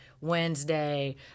Wednesday